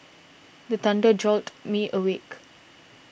the thunder jolt me awake